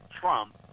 Trump